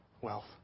wealth